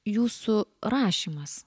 jūsų rašymas